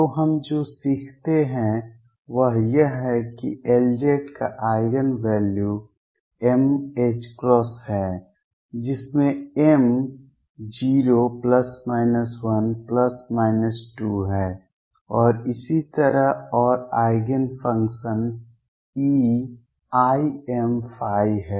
तो हम जो सीखते हैं वह यह है कि Lz का आइगेन वैल्यू m है जिसमें m 0 1 2 है और इसी तरह और आइगेन फंक्शन्स eimϕ हैं